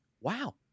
wow